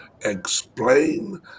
Explain